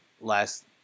Last